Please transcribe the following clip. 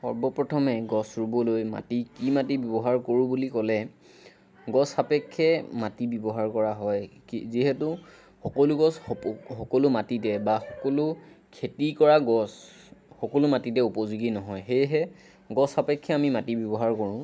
সৰ্বপ্ৰথমে গছ ৰুবলৈ মাটি কি মাটি ব্যৱহাৰ কৰোঁ বুলি ক'লে গছ সাপেক্ষে মাটি ব্যৱহাৰ কৰা হয় কি যিহেতু সকলো গছ সকলো মাটিতে বা সকলো খেতি কৰা গছ সকলো মাটিতে উপযোগী নহয় সেয়েহে গছ সাপেক্ষে আমি মাটি ব্যৱহাৰ কৰোঁ